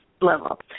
level